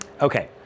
Okay